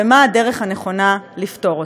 ומה הדרך הנכונה לפתור אותה.